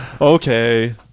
Okay